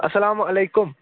اَسَلامُ علیکُم